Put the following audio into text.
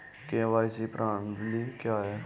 KYC प्रश्नावली क्या है?